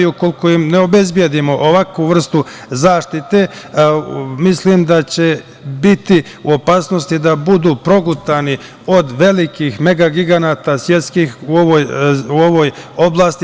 Ukoliko im ne obezbedimo ovakvu vrstu zaštite, mislim da će biti u opasnosti da budu progutani od velikih mega giganata svetskih u ovoj oblasti.